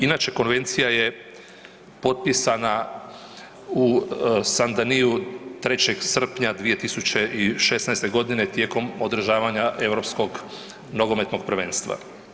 Inače konvencija je potpisana u Sant-Denisu 3. srpnja 2016. godine tijekom održavanja Europskom nogometnog prvenstva.